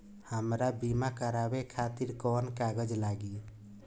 हमरा बीमा करावे खातिर कोवन कागज लागी?